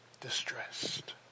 distressed